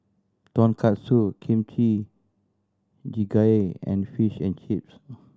Tonkatsu Kimchi Jjigae and Fish and Chips